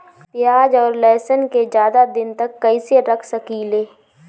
प्याज और लहसुन के ज्यादा दिन तक कइसे रख सकिले?